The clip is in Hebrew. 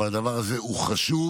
אבל הדבר הזה חשוב.